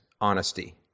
honesty